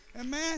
Amen